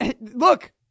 Look